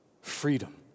freedom